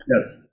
Yes